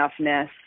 enoughness